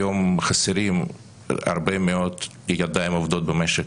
היום חסרים הרבה מאוד ידיים עובדות במשק.